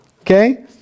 okay